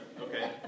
okay